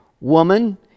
woman